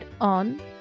on